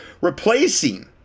replacing